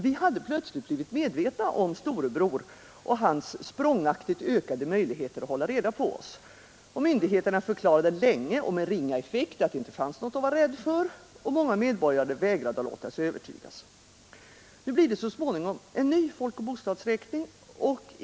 Vi hade plötsligt blivit medvetna om Storebror och hans språngaktigt ökade möjligheter att hålla reda på oss. Myndigheterna förklarade länge och med ringa effekt att det inte fanns något att vara rädd för, men många medborgare vägrade att låta sig övertygas. Nu blir det så småningom en ny folkoch bostadsräkning.